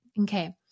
Okay